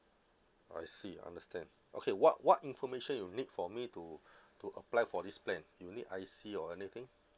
I see understand okay what what information you need for me to to apply for this plan you need I_C or anything